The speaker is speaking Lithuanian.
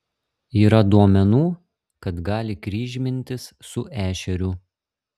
yra duomenų kad gali kryžmintis su ešeriu